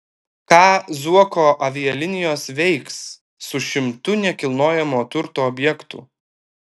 ką zuoko avialinijos veiks su šimtu nekilnojamojo turto objektų